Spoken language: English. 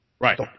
right